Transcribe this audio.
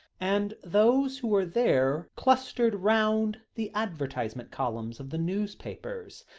and those who were there clustered round the advertisement columns of the newspapers.